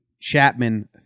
Chapman